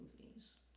movies